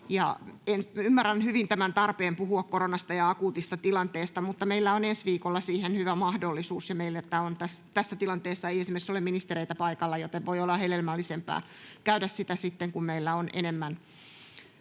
Ymmärrän hyvin tämän tarpeen puhua koronasta ja akuutista tilanteesta, mutta meillä on ensi viikolla siihen hyvä mahdollisuus, ja meillä tässä tilanteessa ei esimerkiksi ole ministereitä paikalla, joten voi olla hedelmällisempää käydä sitä sitten, kun meillä on enemmän